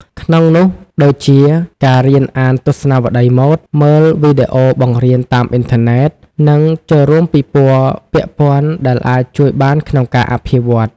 ក្នុងនោះដូចជា ការរៀនអានទស្សនាវដ្តីម៉ូដ មើលវីដេអូបង្រៀនតាមអ៊ីនធឺណិត និងចូលរួមពិព័រណ៍ពាក់ព័ន្ធអាចជួយបានក្នុងការអភិវឌ្ឍន៍។